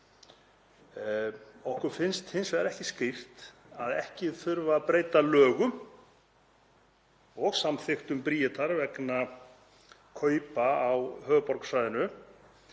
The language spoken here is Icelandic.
Okkur finnst hins vegar ekki skýrt að ekki þurfi að breyta lögum og samþykktum Bríetar vegna kaupa á höfuðborgarsvæðinu,